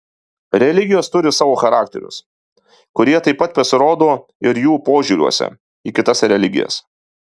religijos turi savo charakterius kurie taip pat pasirodo ir jų požiūriuose į kitas religijas